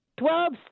Twelve